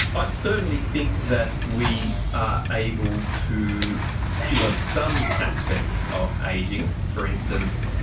i certainly think that we are able to cure some aspects of ageing. for instance,